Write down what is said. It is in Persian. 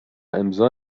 امضا